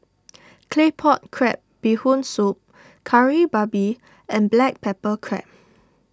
Claypot Crab Bee Hoon Soup Kari Babi and Black Pepper Crab